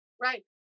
right